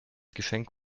geschenk